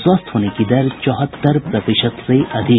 स्वस्थ होने की दर चौहत्तर प्रतिशत से अधिक